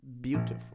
Beautiful